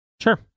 Sure